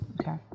Okay